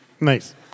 Nice